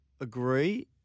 agree